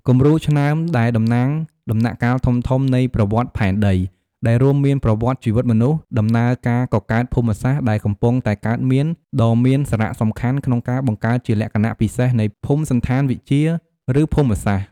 គំរូឆ្នើមដែលតំណាងដំណាក់កាលធំៗនៃប្រវត្តិផែនដីដែលរួមមានប្រវត្តិជីវិតមនុស្ស ដំណើរការកកើតភូមិសាស្រ្តដែលកំពុងតែកើតមានដ៏មានសារៈសំខាន់ក្នុងការបង្កើតជាលក្ខណពិសេសនៃភូមិសណ្ឋានវិទ្យា ឬភូមិសាស្រ្ត។